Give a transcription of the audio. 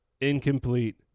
incomplete